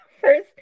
first